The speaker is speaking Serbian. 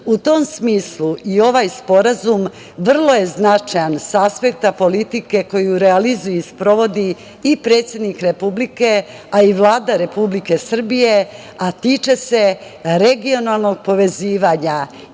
tom smislu i ovaj Sporazum vrlo je značajan sa aspekta politike koju realizuje i sprovodi i predsednik Republike, a i Vlada Republike Srbije, a tiče se regionalnog povezivanja